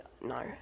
no